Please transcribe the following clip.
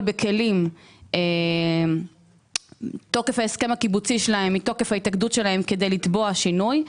בכלים כאשר תוקף ההסכם הקיבוצי שלהן כדי לתבוע שינוי.